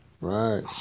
right